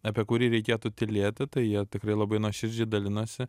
apie kurį reikėtų tylėti tai jie tikrai labai nuoširdžiai dalinasi